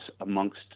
amongst